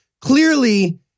clearly